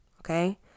okay